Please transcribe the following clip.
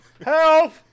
help